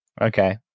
Okay